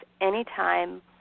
anytime